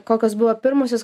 kokios buvo pirmosios